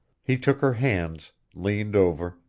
he took her hands, leaned over,